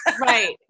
Right